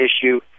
issue